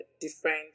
different